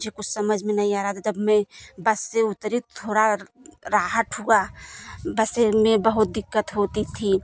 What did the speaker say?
मुझे कुछ समझ में नहीं आ रहा था जब मैं बस से उतरी थोड़ा राहत हुआ बसे में बहुत दिक़्क़त होती थी